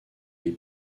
les